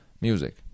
music